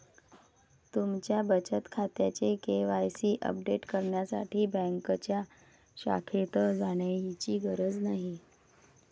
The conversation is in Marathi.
तुमच्या बचत खात्याचे के.वाय.सी अपडेट करण्यासाठी बँकेच्या शाखेत जाण्याचीही गरज नाही